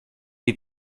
die